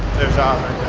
there's avi.